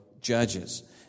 Judges